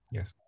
Yes